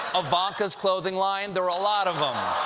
ivanka's clothing line. there are a lot of them.